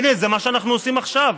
הינה, זה מה שאנחנו עושים עכשיו.